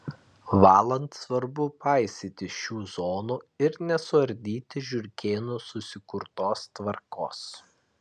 valant svarbu paisyti šių zonų ir nesuardyti žiurkėnų susikurtos tvarkos